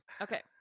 Okay